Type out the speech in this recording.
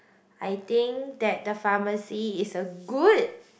I think that the pharmacy is a good